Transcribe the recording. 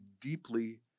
deeply